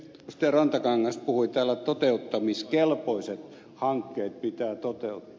rantakangas puhui täällä että toteuttamiskelpoiset hankkeet pitää toteuttaa